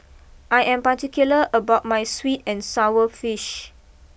I am particular about my sweet and Sour Fish